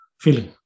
feeling